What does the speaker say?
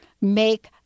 make